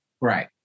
right